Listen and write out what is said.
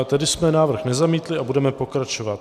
Tedy jsme návrh nezamítli a budeme pokračovat.